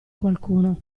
qualcuno